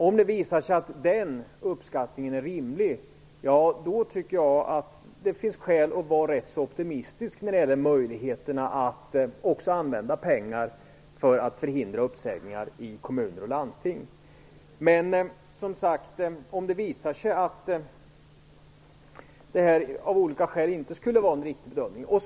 Om det visar sig att den uppskattningen är rimlig, tycker jag att det finns skäl att vara rätt optimistisk om möjligheterna att använda pengar också för att förhindra uppsägningar i kommuner och landsting. Men detta kan, som sagt, av olika skäl visa sig inte vara en riktig bedömning.